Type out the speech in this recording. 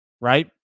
right